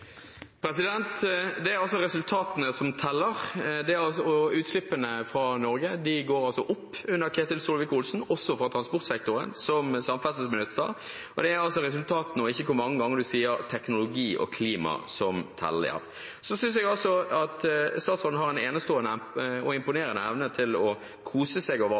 resultatene som teller, og utslippene fra Norge går altså opp under Ketil Solvik-Olsen, også fra transportsektoren, som samferdselsministeren sa. Det er altså resultatene, og ikke hvor mange ganger man sier teknologi og klima, som teller. Så synes jeg statsråden har en enestående og imponerende evne til å kose seg over